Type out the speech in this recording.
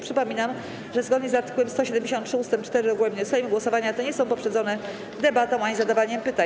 Przypominam, że zgodnie z art. 173 ust. 4 regulaminu Sejmu głosowania te nie są poprzedzone debatą ani zadawaniem pytań.